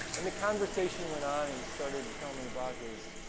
and the conversation went on and he started to tell me about his